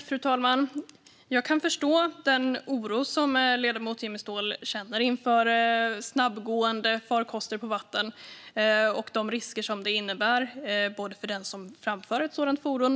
Fru talman! Jag kan förstå den oro som ledamoten Jimmy Ståhl känner inför snabbgående farkoster på vatten och de risker som finns för den som framför ett sådant fordon.